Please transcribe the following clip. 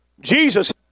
Jesus